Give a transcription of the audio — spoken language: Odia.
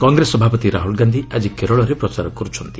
କଂଗ୍ରେସ ସଭାପତି ରାହୁଲ ଗାନ୍ଧି ଆଜି କେରଳରେ ପ୍ରଚାର କରିଛନ୍ତି